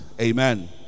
amen